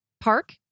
Park